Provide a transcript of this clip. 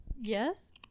Yes